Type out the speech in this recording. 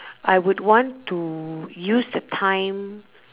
I would want to use the time